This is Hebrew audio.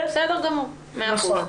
בסדר גמור, מאה אחוז.